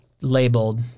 labeled